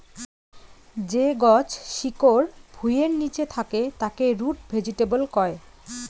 যে গছ শিকড় ভুঁইয়ের নিচে থাকে তাকে রুট ভেজিটেবল কয়